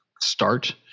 start